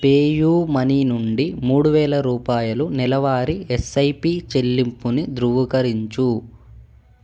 pay money మనీ నుండి మూడు వేల రూపాయలు నెలవారీ ఎస్ఐపి చెల్లింపుని ధృవీకరించు